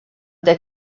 der